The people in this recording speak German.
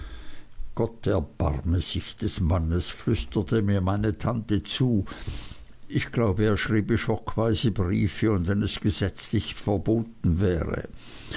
gott erbarme sich des mannes flüsterte mir meine tante zu ich glaube er schriebe schockweise briefe und wenn es gesetzlich verboten wäre